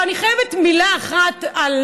אבל אני חייבת מילה אחת על